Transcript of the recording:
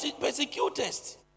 persecutest